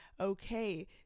okay